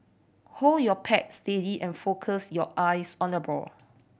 hold your pat steady and focus your eyes on the ball